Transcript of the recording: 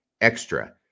extra